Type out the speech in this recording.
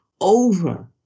over